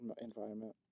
environment